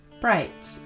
Bright